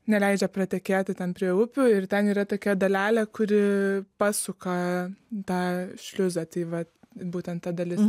neleidžia pratekėti ten prie upių ir ten yra tokia dalelė kuri pasuka tą šliuzą tai va būtent ta dalis